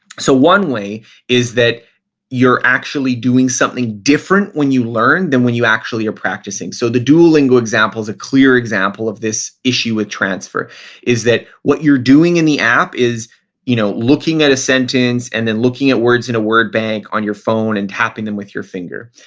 so one way is that you're actually doing something different when you learn than when you actually are practicing. so the duolingo example's a clear example of this issue with transfer is that what you're doing in the app is you know looking at a sentence and then looking at words in a word bank on your phone and tapping them with your finger.